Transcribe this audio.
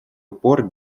упор